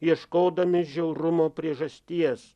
ieškodami žiaurumo priežasties